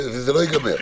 זה לא ייגמר.